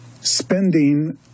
spending